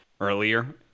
earlier